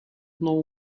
know